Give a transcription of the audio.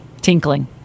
Tinkling